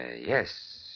yes